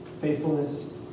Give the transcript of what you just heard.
faithfulness